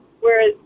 whereas